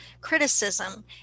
criticism